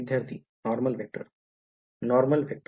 विध्यार्थी normal vector normal vector